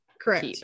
correct